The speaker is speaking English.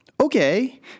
okay